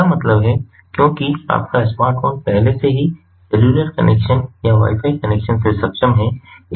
इसका मतलब है क्योंकि आपका स्मार्टफ़ोन पहले से ही सेल्युलर कनेक्शन या वाई फाई कनेक्शन से सक्षम है